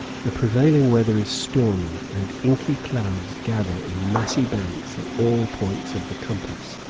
the prevailing weather is stormy, and inky clouds gather in massy banks at all points of the compass,